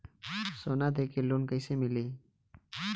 सोना दे के लोन कैसे मिली?